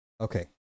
Okay